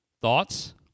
Thoughts